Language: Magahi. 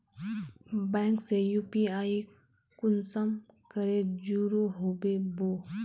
बैंक से यु.पी.आई कुंसम करे जुड़ो होबे बो?